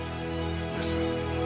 Listen